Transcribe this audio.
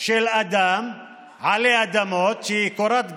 של אדם עלי אדמות, שזה קורת גג,